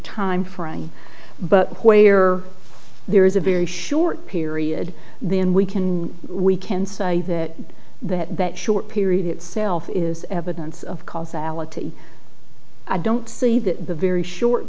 time frame but where there is a very short period then we can we can say that that that short period itself is evidence of causality i don't see that the very short